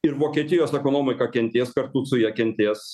ir vokietijos ekonomika kentės kartu su ja kentės